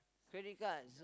credit cards